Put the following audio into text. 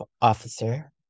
officer